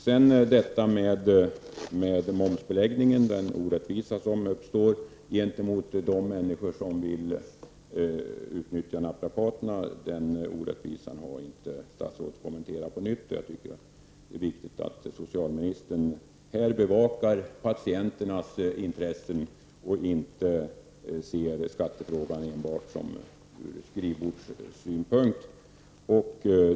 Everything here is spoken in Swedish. Den orättvisa som på grund av momsbeläggningen drabbar de människor som vill utnyttja naprapaterna har statsrådet inte kommenterat. Jag tycker att det är viktigt att socialministern bevakar patienternas intressen och inte ser skattefrågan enbart ur skrivbordssynpunkt.